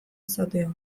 izatea